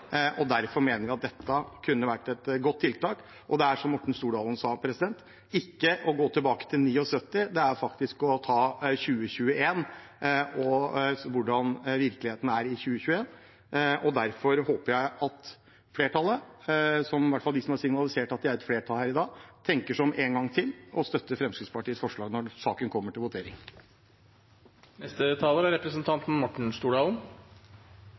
Derfor mener jeg dette kunne vært et godt tiltak. Det er, som Morten Stordalen sa, ikke å gå tilbake til 1979 – det er å ta 2021 og hvordan virkeligheten er i 2021. Derfor håper jeg flertallet, i hvert fall de som har signalisert at de er et flertall her i dag, tenker seg om en gang til og støtter Fremskrittspartiets forslag når saken kommer til votering. Siden det er